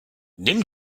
nimm